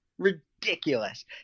ridiculous